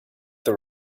the